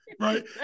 right